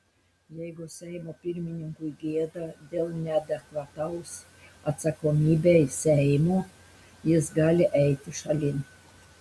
jeigu seimo pirmininkui gėda dėl neadekvataus atsakomybei seimo jis gali eiti šalin